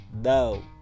no